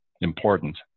important